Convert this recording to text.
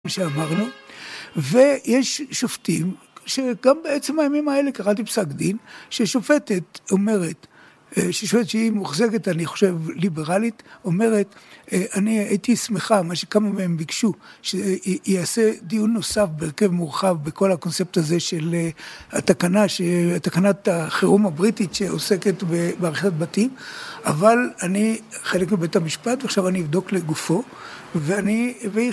ויש שופטים, שגם בעצם הימים האלה קראתי פסק דין, ששופטת אומרת, ששופטת שהיא מוחזקת, אני חושב, ליברלית, אומרת, אני הייתי שמחה, מה שכמה מהם ביקשו, שיעשה דיון נוסף בהרכב מורחב בכל הקונספט הזה של התקנה, ש... תקנת החירום הבריטית, שעוסקת בהרחבת בתים, אבל אני חלק מבית המשפט, ועכשיו אני אבדוק לגופו, ואני...